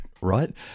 right